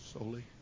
solely